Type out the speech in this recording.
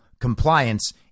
compliance